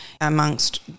amongst